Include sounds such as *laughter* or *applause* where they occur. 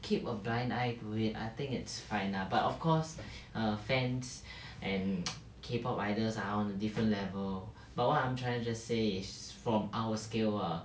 keep a blind eye to it I think it's fine lah but of course err fans and *noise* K pop idols are on a different level but what I'm trying to say is from our scale ah